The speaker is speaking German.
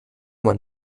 man